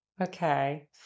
okay